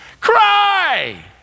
Cry